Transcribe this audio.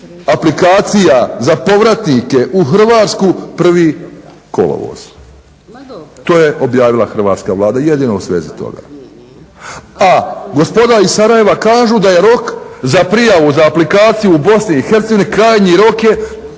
aplikacija za povratnike u Hrvatsku 1. kolovoz. To je objavila hrvatska Vlada jedino u svezi toga. A gospoda iz Sarajeva kažu da je rok za prijavu za aplikaciju u Bosni i